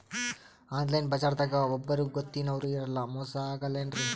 Online ಬಜಾರದಾಗ ಒಬ್ಬರೂ ಗೊತ್ತಿನವ್ರು ಇರಲ್ಲ, ಮೋಸ ಅಗಲ್ಲೆನ್ರಿ?